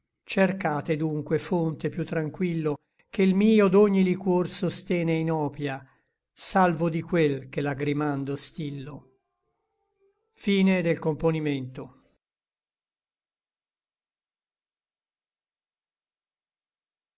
cercate dunque fonte piú tranquillo ché l mio d'ogni liquor sostene inopia salvo di quel che lagrimando stillo